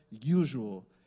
usual